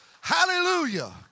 Hallelujah